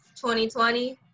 2020